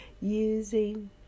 using